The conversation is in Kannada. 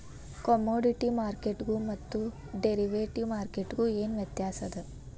ಕಾಮೊಡಿಟಿ ಮಾರ್ಕೆಟ್ಗು ಮತ್ತ ಡೆರಿವಟಿವ್ ಮಾರ್ಕೆಟ್ಗು ಏನ್ ವ್ಯತ್ಯಾಸದ?